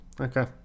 okay